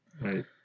right